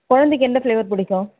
குழந்தைக்கு எந்த ஃப்ளேவர் பிடிக்கும்